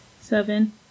seven